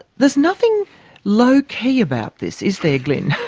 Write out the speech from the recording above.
there's nothing low key about this, is there, glyn?